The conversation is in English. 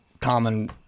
common